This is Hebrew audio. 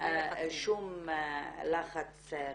שום לחץ חיצוני.